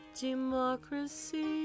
democracy